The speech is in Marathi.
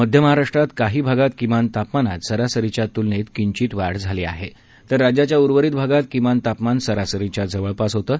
मध्य महाराष्ट्रात काही भागात किमान तापमानात सरासरीच्या तुलनेत किंचित वाढ झाली आहे तर राज्याच्या उर्वरित भागात किमान तापमान सरासरीच्या जवळपास होतं